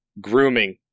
grooming